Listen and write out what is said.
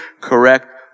correct